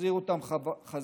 להחזיר אותם חזרה.